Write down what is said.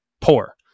poor